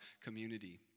community